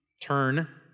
turn